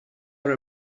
are